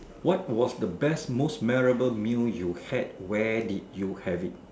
what was the best most memorable meal you had where did you have it